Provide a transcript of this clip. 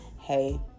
Hey